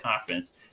conference